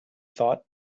thought